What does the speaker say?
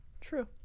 true